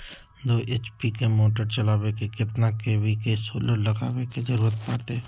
दो एच.पी के मोटर चलावे ले कितना के.वी के सोलर लगावे के जरूरत पड़ते?